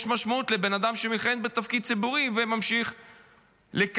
משמעות לבן אדם שמכהן בתפקיד ציבורי וממשיך לקבל